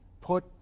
put